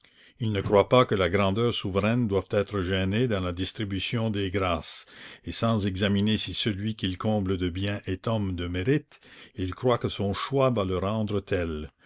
il ne croit pas que la grandeur souveraine doive être gênée dans la distribution des grâces et sans examiner si celui qu'il comble de biens est homme de mérite il croit que son choix va le rendre tel